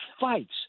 fights